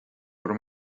raibh